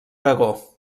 aragó